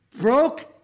broke